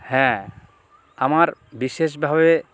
হ্যাঁ আমার বিশেষভাবে